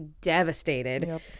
devastated